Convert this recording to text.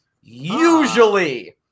Usually